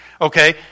okay